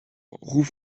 roux